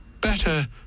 better